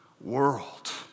world